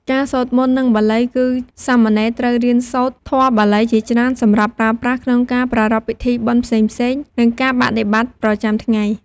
ការសូត្រមន្ត និងបាលី គឺសាមណេរត្រូវរៀនសូត្រធម៌បាលីជាច្រើន សម្រាប់ប្រើប្រាស់ក្នុងការប្រារព្ធពិធីបុណ្យផ្សេងៗ និងការបដិបត្តិប្រចាំថ្ងៃ។